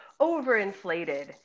overinflated